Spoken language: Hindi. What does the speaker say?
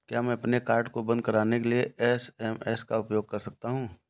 क्या मैं अपने कार्ड को बंद कराने के लिए एस.एम.एस का उपयोग कर सकता हूँ?